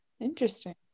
interesting